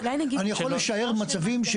אני יכול לשער מצבים,